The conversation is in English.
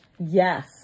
Yes